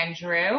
Andrew